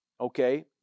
okay